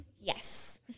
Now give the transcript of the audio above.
Yes